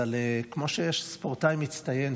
כמו שיש ספורטאי מצטיין,